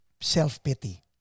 self-pity